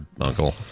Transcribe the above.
uncle